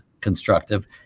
constructive